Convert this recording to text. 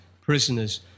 prisoners